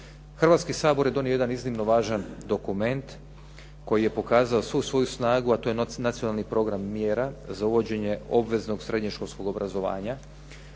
Hrvatski sabor je donio jedan iznimno važan dokument koji je pokazao svu svoju snagu, a to je nacionalni program mjera za uvođenje obveznog srednješkolskog obrazovanja.